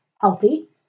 healthy